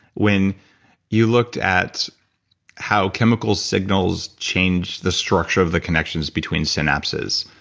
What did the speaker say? when you looked at how chemical signals change the structure of the connections between synapses.